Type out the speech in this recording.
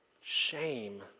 shame